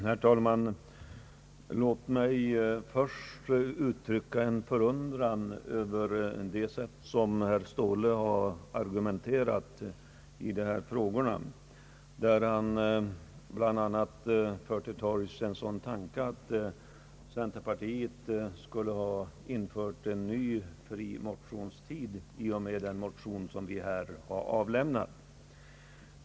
Herr talman! Låt mig först uttrycka en förundran över herr Ståhles sätt att argumentera i dessa frågor, då han bl.a. för till torgs tanken att centerpartiet skulle ha infört en ny fri motionstid i och med den motion som vi här avlämnat.